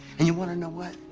and you want to know what?